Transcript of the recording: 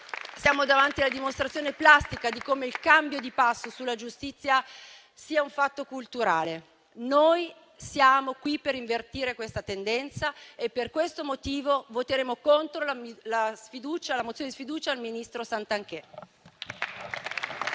siamo davanti alla dimostrazione plastica di come il cambio di passo sulla giustizia sia un fatto culturale. Siamo qui per invertire questa tendenza e, per questo motivo, voteremo contro la mozione di sfiducia al ministro Garnero